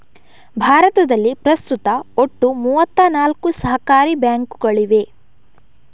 ಭಾರತದಲ್ಲಿ ಪ್ರಸ್ತುತ ಒಟ್ಟು ಮೂವತ್ತ ನಾಲ್ಕು ಸಹಕಾರಿ ಬ್ಯಾಂಕುಗಳಿವೆ